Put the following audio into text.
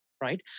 right